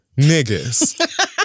niggas